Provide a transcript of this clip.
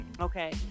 okay